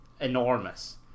enormous